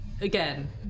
again